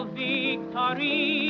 victory